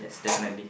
mm